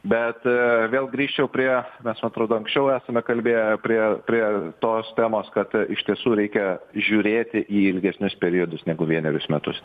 bet vėl grįščiau prie mes atrodo anksčiau esame kalbėję prie prie tos temos kad iš tiesų reikia žiūrėti į ilgesnius periodus negu vienerius metus